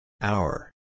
hour